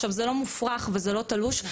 זה לא מופרך ולא תלוש,